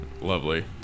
Lovely